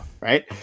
right